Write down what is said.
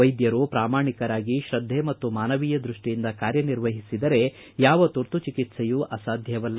ವೈದ್ಯರು ಪ್ರಮಾಣಿಕರಾಗಿ ಶ್ರದ್ಧೆ ಪಾಗೂ ಮಾನವೀಯ ದೃಷ್ಟಿಯಿಂದ ಕಾರ್ಯನಿರ್ವಹಿಸಿದರೆ ಯಾವ ತುರ್ತು ಚಿಕಿತ್ಸೆಯೂ ಅಸಾಧ್ಯವಲ್ಲ